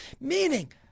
meaning